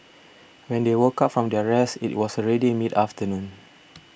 when they woke up from their rest it was already mid afternoon